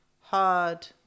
hard